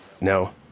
No